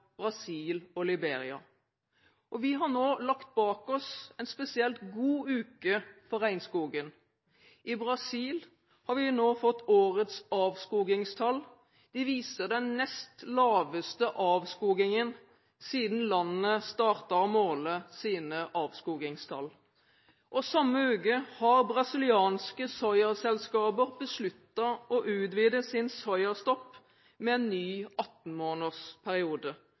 Brasil og Liberia. Vi har nå lagt bak oss en spesielt god uke for regnskogen. I Brasil har vi nå fått årets avskogingstall. De viser den nest laveste avskogingen siden landet startet å måle sine avskogingstall. Samme uke har brasilianske soyaselskaper besluttet å utvide sin soyastopp med en ny 18-måneders periode.